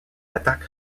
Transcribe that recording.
attaque